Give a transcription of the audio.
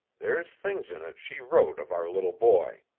there's things in it she wrote of our little boy.